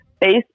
based